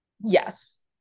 Yes